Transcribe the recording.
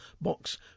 Box